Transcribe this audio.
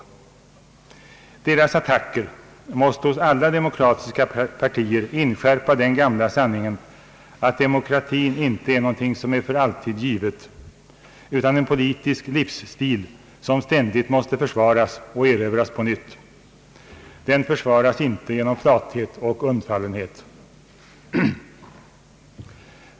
Deras attacker måste hos alla demokratiska partier inskärpa den gamla sanningen att demokratin inte är något för alltid givet, utan en politisk livsstil som ständigt måste försvaras och erövras på nytt. Den försvaras inte genom flathet och undfallenhet.